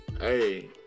Hey